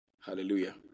Hallelujah